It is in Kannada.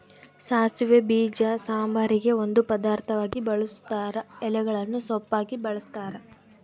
ಸಾಸಿವೆ ಬೀಜ ಸಾಂಬಾರಿಗೆ ಒಂದು ಪದಾರ್ಥವಾಗಿ ಬಳುಸ್ತಾರ ಎಲೆಗಳನ್ನು ಸೊಪ್ಪಾಗಿ ಬಳಸ್ತಾರ